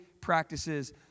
practices